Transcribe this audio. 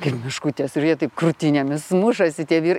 kaip meškutės ir jie taip krūtinėmis mušasi tie vyrai